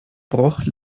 bruch